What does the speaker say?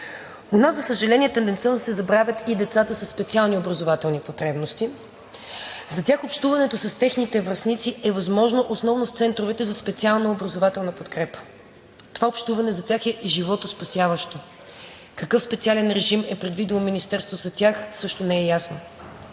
У нас, за съжаление, тенденциозно се забравят и децата със специални образователни потребности. За тях общуването с техните връстници е възможно основно в центровете за специална образователна подкрепа. Това общуване за тях е и животоспасяващо. Какъв специален режим е предвидило Министерството за тях също не е ясно.